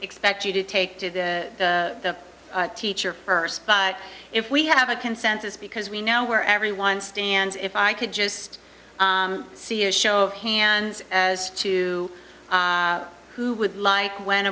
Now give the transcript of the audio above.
expect you to take to the teacher first but if we have a consensus because we know where everyone stands if i could just see a show of hands as to who would like w